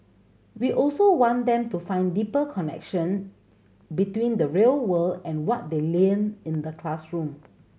we also want them to find deeper connections between the real world and what they in the classroom